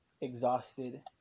exhausted